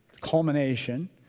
culmination